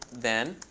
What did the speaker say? then